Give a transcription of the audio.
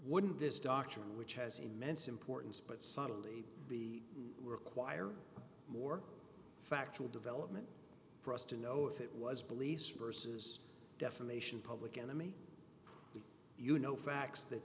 wouldn't this doctrine which has immense importance but subtly be require more factual development for us to know if it was beliefs versus defamation public enemy you know facts that